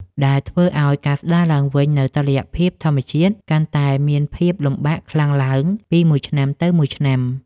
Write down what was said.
ដែលធ្វើឱ្យការស្តារឡើងវិញនូវតុល្យភាពធម្មជាតិកាន់តែមានភាពលំបាកខ្លាំងឡើងពីមួយឆ្នាំទៅមួយឆ្នាំ។